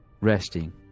resting